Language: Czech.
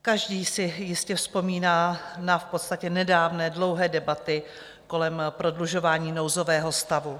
Každý si jistě vzpomíná na v podstatě nedávné dlouhé debaty kolem prodlužování nouzového stavu.